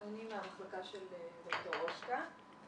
אני מהמחלקה של ד"ר רושקה,